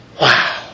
Wow